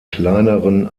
kleineren